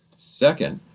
second,